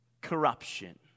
corruption